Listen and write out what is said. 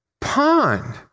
pond